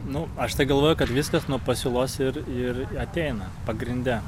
nu aš tai galvoju kad viskas nuo pasiūlos ir ateina pagrinde